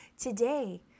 Today